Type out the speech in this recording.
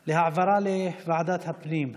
על העברה לוועדת הפנים.